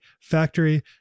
Factory